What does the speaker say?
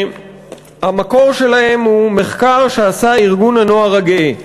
שהמקור שלהם הוא מחקר שעשה ארגון הנוער הגאה.